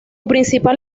principal